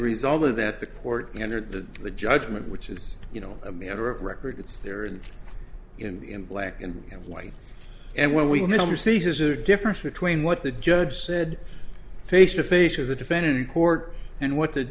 result of that the court under the the judgment which is you know a matter of record it's there and in black and white and when we never see his or difference between what the judge said face to face of the defendant in court and what the